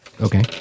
Okay